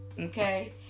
okay